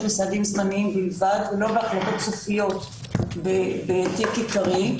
סעדים בלבד ולא בהחלטות סופיות בתיק עיקרי.